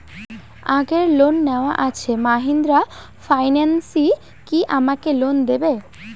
আগের লোন নেওয়া আছে মাহিন্দ্রা ফাইন্যান্স কি আমাকে লোন দেবে?